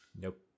Nope